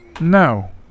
No